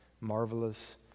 Marvelous